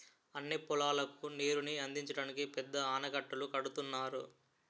అన్ని పొలాలకు నీరుని అందించడానికి పెద్ద ఆనకట్టలు కడుతున్నారు